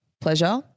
pleasure